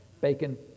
Bacon